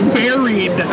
buried